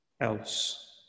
else